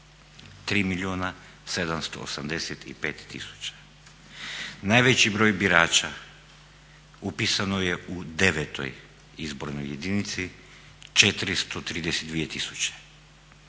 785 tisuća. Najveći broj birača upisano je u 9.-oj izbornoj jedinici 432